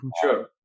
Sure